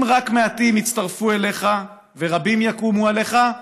אם רק מעטים יצטרפו אליך ורבים יקומו עליך,